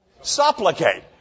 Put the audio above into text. Supplicate